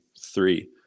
three